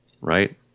Right